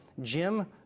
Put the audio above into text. Jim